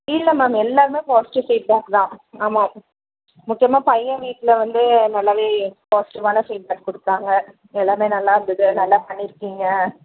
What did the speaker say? இல்லை மேம் எல்லாேருமே positive feedback தான் ஆமாம் முக்கியமாக பையன் வீட்டில் வந்து நல்லாவே பாசிட்டிவ்வான ஃபீட் பேக் கொடுத்தாங்க எல்லாமே நல்லா இருந்தது நல்லா பண்ணி இருக்கீங்க